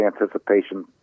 anticipation